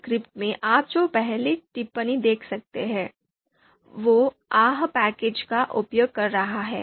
इस स्क्रिप्ट में आप जो पहली टिप्पणी देख सकते हैं वह ahp पैकेज का उपयोग कर रहा है